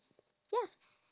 ya